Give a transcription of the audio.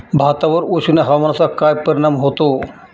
भातावर उष्ण हवामानाचा काय परिणाम होतो?